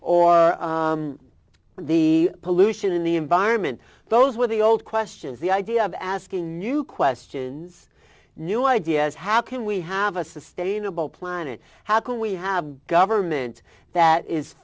or the pollution in the environment those were the old questions the idea of asking new questions new ideas how can we have a sustainable planet how can we have a government that is